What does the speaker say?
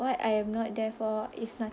what I am not there for is not